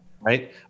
Right